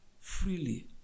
freely